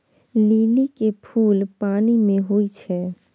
लिली के फुल पानि मे होई छै